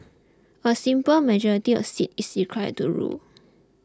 a simple majority of seats is required to rule